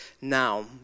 now